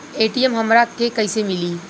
ATM हमरा के कइसे मिली?